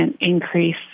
increase